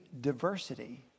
diversity